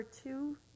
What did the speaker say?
two